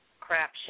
crap